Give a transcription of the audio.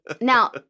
Now